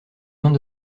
mains